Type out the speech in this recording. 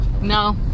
No